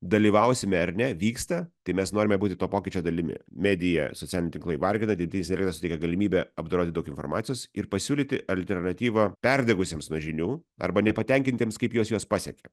dalyvausime ar ne vyksta tai mes norime būti to pokyčio dalimi medija socialiniai tinklai vargina dirbtinis intelektas suteikia galimybę apdoroti daug informacijos ir pasiūlyti alternatyvą perdegusiems nuo žinių arba nepatenkintiems kaip jos juos pasiekia